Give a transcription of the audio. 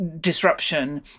disruption